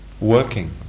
working